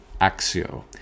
axio